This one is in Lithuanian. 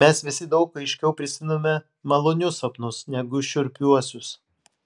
mes visi daug aiškiau prisimename malonius sapnus negu šiurpiuosius